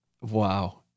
Wow